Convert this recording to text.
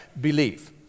belief